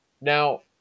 Now